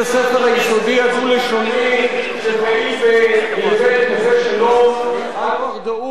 היסודי הדו-לשוני בנווה-שלום אנואר דאוד,